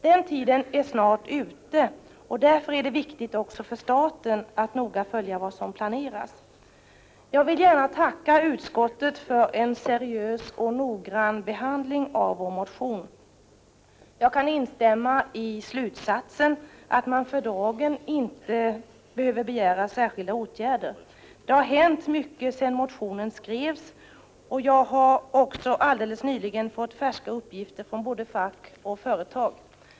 Den tiden är snart ute, och därför är det viktigt också för staten att noga följa vad som planeras. Jag vill gärna tacka utskottet för en seriös och noggrann behandling av vår motion. Jag kan instämma i slutsatsen att man för dagen inte behöver begära särskilda åtgärder. Det har hänt mycket sedan motionen skrevs, och jag har också alldeles nyligen fått färska uppgifter från både fack och företag.